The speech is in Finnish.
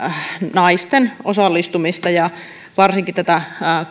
naisten osallistumista ja varsinkin tätä